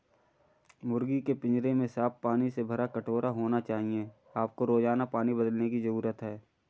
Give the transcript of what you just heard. मुर्गी के पिंजरे में साफ पानी से भरा कटोरा होना चाहिए आपको रोजाना पानी बदलने की जरूरत है